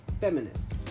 Feminist